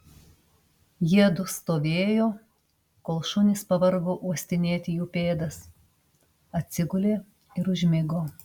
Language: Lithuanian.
jiedu stovėjo kol šunys pavargo uostinėti jų pėdas atsigulė ir užmigo